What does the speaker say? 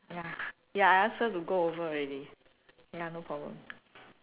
ya ya I ask her to go over already ya no problem